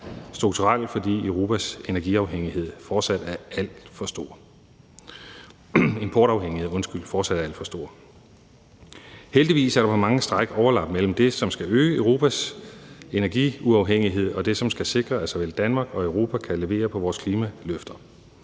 strukturel, fordi Europas importafhængighed fortsat er alt for stor. Heldigvis er der på mange stræk overlap mellem det, som skal øge Europas energiuafhængighed, og det, som skal sikre, at såvel Danmark som Europa kan levere på vores klimaløfter.